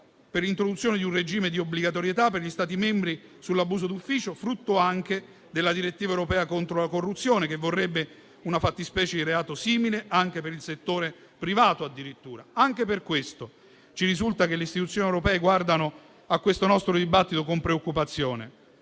per l'introduzione di un regime di obbligatorietà per gli Stati membri sull'abuso d'ufficio, frutto anche della direttiva europea contro la corruzione, che vorrebbe una fattispecie di reato simile anche per il settore privato, addirittura. Anche per questo ci risulta che le istituzioni europee guardino a questo nostro dibattito con preoccupazione;